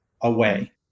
away